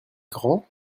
grand